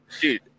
Dude